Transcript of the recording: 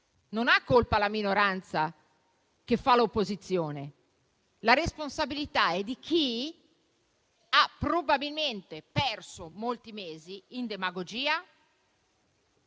e neanche la minoranza, che fa l'opposizione. La responsabilità è di chi ha probabilmente perso molti mesi in demagogia